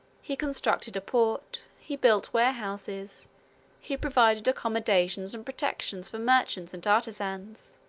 he constructed a port he built warehouses he provided accommodations and protection for merchants and artisans.